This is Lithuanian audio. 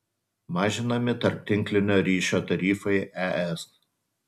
mažinami tarptinklinio ryšio tarifai es